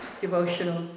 devotional